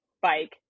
bike